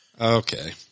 Okay